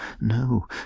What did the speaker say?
no